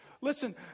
Listen